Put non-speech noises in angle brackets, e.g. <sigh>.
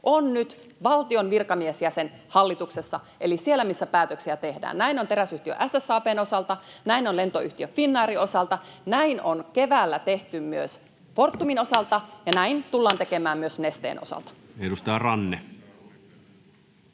on nyt valtion virkamiesjäsen hallituksessa eli siellä, missä päätöksiä tehdään. Näin on teräsyhtiö SSAB:n osalta, näin on lentoyhtiö Finnairin osalta, näin on keväällä tehty myös Fortumin osalta <noise> ja näin tullaan tekemään myös Nesteen osalta. [Speech 441]